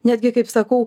netgi kaip sakau